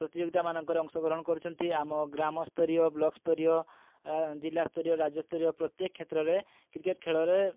ପ୍ରତିଯୋଗିତା ମାନଙ୍କରେ ଅଂଶ ଗ୍ରହଣ କରୁଛନ୍ତି ଆମ ଗ୍ରାମ ସ୍ତରୀୟ ବ୍ଲକ ସ୍ତରୀୟ ଜିଲ୍ଲା ସ୍ତରୀୟ ରାଜ୍ୟ ସ୍ତରୀୟ ପ୍ରତ୍ୟେକ କ୍ଷେତ୍ରରେ କ୍ରିକେଟ୍ ଖେଳରେ